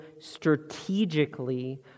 strategically